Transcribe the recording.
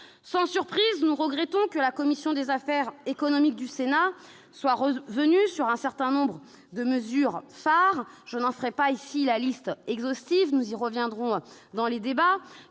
Sans surprise, nous regrettons que la commission des affaires économiques du Sénat soit revenue sur des mesures phares. Je n'en ferai pas ici une liste exhaustive, nous y reviendrons dans le cours